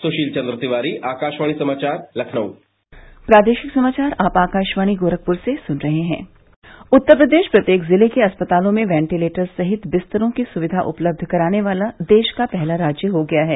सुशील चन्द्र तिवारी आकाशवाणी समाचार लखनऊ उत्तर प्रदेश प्रत्येक जिले के अस्पतालों में वेंटिलेटर सहित बिस्तरों की सुविधा उपलब्ध कराने वाला देश का पहला राज्य हो गया है